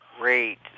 Great